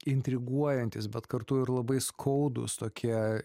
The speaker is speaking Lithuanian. intriguojantys bet kartu ir labai skaudūs tokie